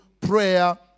prayer